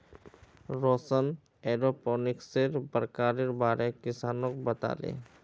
रौशन एरोपोनिक्सेर प्रकारेर बारे किसानक बताले